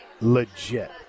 legit